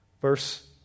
Verse